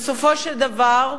בסופו של דבר,